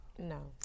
No